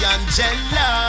Angela